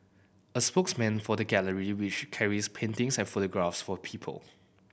a spokesman for the gallery which carries paintings and photographs for people